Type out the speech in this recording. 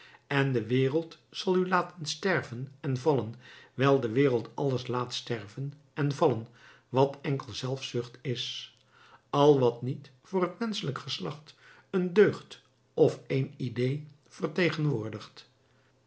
en de wereld zal u laten sterven en vallen wijl de wereld alles laat sterven en vallen wat enkel zelfzucht is al wat niet voor het menschelijk geslacht een deugd of een idée vertegenwoordigt